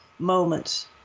Moments